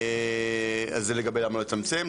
זה לגבי למה לצמצם.